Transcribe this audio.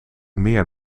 meer